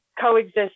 coexist